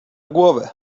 głowę